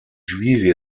juive